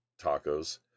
tacos